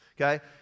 okay